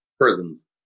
prisons